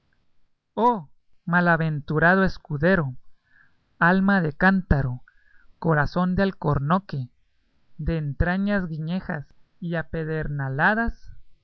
malaventurado escudero alma de cántaro corazón de alcornoque de entrañas guijeñas y apedernaladas